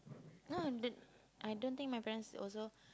no I don't I don't think my parents still also